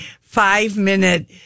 five-minute